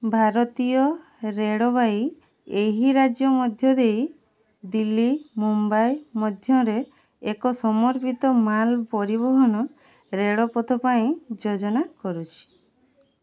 ଭାରତୀୟ ରେଳବାଇ ଏହି ରାଜ୍ୟ ମଧ୍ୟ ଦେଇ ଦିଲ୍ଲୀ ମୁମ୍ବାଇ ମଧ୍ୟରେ ଏକ ସମର୍ପିତ ମାଲ ପରିବହନ ରେଳପଥ ପାଇଁ ଯୋଜନା କରୁଛି